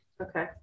Okay